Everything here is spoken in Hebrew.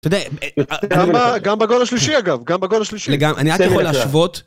אתה יודע, גם בגודל השלישי אגב, גם בגודל השלישי. לגמרי, אני רק יכול להשוות.